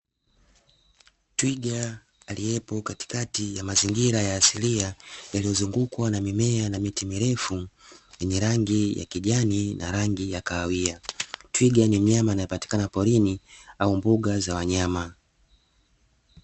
Twiga aliyepo katikati ya mazingira ya asilia yaliyozungukwa na mimea na miti mirefu yenye rangi ya kijani na rangi ya kahawia, twiga ni mnyama anayepatikana porini au mboga za wanyama.